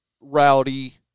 rowdy